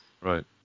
Right